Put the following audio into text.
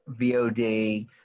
VOD